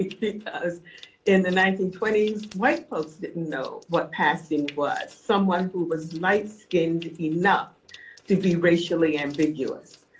like because in the nineteen twenty s, white folks didn't know what passing was, someone who was light skinned enough to be racially ambiguous,